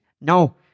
no